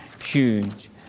Huge